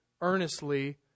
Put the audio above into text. earnestly